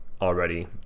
already